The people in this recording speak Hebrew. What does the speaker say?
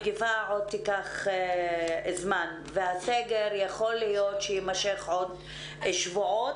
המגפה עוד תיקח זמן והסגר יכול להיות שיימשך עוד שבועות,